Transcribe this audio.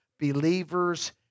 believers